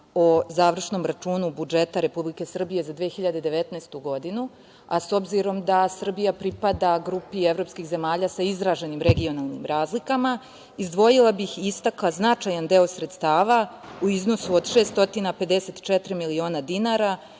o završnom računu budžeta Republike Srbije za 2019. godinu, a s obzirom da Srbija pripada grupi evropskih zemalja sa izraženim regionalnim razlikama, izdvojila bih i istakla značajan deo sredstava u iznosu od 654 miliona dinara